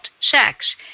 sex